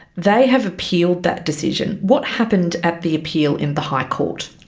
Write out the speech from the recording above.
they have appealed that decision. what happened at the appeal in the high court?